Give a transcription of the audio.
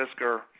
Fisker